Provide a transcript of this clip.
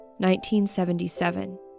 1977